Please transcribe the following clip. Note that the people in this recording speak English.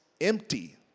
empty